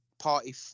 party